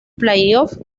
playoff